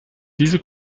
diese